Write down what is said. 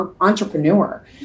entrepreneur